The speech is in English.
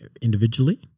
individually